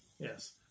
Yes